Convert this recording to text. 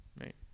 Right